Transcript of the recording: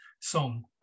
song